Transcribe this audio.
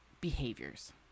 behaviors